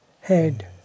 head